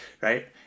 Right